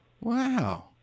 Wow